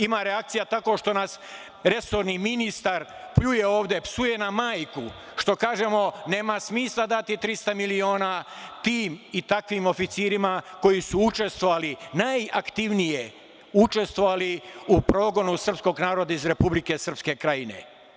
Ima reakcija tako što nas resorni ministar pljuje ovde, psuje nam majku što kažemo da nema smisla dati 300 miliona tim i takvim oficirima koji su učestvovali, najaktivnije, u progonu srpskog naroda iz Republike Srpske Krajine.